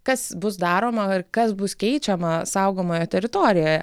kas bus daroma ir kas bus keičiama saugomoje teritorijoje